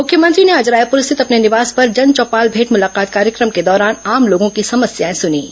मुख्यमंत्री ने आज रायपूर स्थित अपने निवास पर जनचौपाल मेंट मुलाकात कार्यक्रम के दौरान आम लोगों की समस्याएं सुनीं